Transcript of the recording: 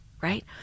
right